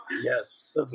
Yes